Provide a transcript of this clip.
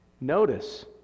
notice